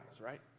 right